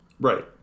Right